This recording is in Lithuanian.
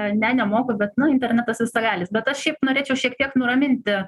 ne nemoku bet na internetas visagalis bet aš šiaip norėčiau šiek tiek nuraminti